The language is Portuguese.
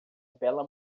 bela